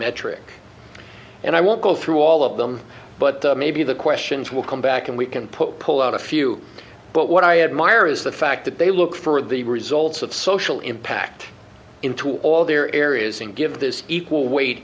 metric and i won't go through all of them but maybe the questions will come back and we can put pull out a few but what i admire is the fact that they look for the results of social impact into all their areas and give this equal weight